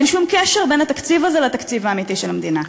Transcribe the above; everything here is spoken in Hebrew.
אין שום קשר בין התקציב הזה לתקציב האמיתי של המדינה.